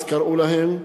אז קראו להם,